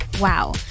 Wow